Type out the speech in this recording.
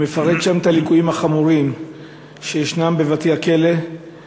הוא מפרט את הליקויים החמורים שישנם בבתי-המעצר